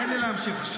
תן לי להמשיך עכשיו.